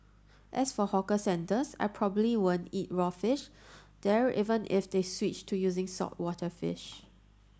as for hawker centres I probably won't eat raw fish there even if they switched to using saltwater fish